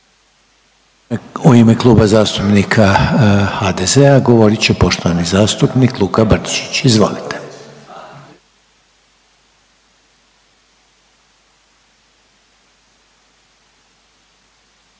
u ime Kluba zastupnika HDZ-a govoriti poštovani zastupnik Stipan Šašlin, izvolite.